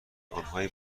آنهایی